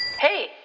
hey